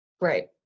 Right